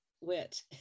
wit